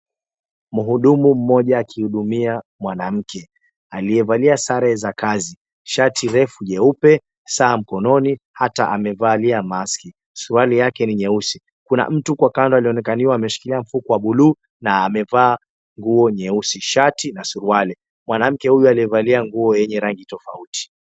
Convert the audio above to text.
Mhudumu mmoja akihudumia mwanamke, aliyevalia sare za kazi. Shati refu jeupe, saa mkononi hata amevalia maski, suruali yake ni nyeusi. Kuna mtu huko kando alionekaniwa ameshika mfuko wa buluu na amevaa nguo nyeusi, shati na suruali. Mwanamke huyu aliyevalia nguo yenye rangi tofauti.